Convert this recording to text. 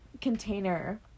container